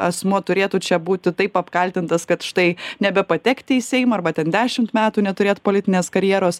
asmuo turėtų čia būti taip apkaltintas kad štai nebepatekti į seimą arba ten dešimt metų neturėt politinės karjeros